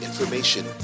Information